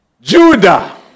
Judah